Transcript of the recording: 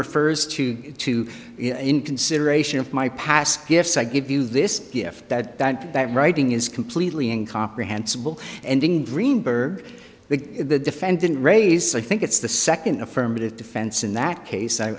refers to two in consideration of my past gifts i give you this gift that writing is completely incomprehensible ending greenberg with the defendant raise i think it's the second affirmative defense in that case